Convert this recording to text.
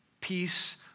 peace